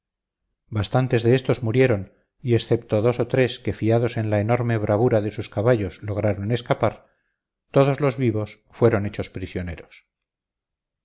bastantes de éstos murieron y excepto dos o tres que fiados en la enorme bravura de sus caballos lograron escapar todos los vivos fueron hechos prisioneros